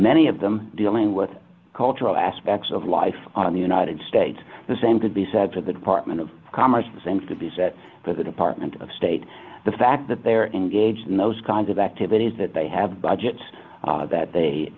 many of them dealing with cultural aspects of life on the united states the same could be said for the department of commerce and to be set by the department of state the fact that they are engaged in those kinds of activities that they have budgets that they